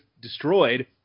destroyed